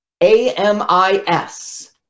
a-m-i-s